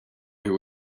who